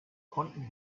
konnten